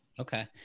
Okay